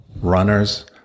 runners